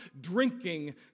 drinking